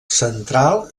central